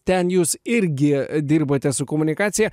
ten jūs irgi dirbate su komunikacija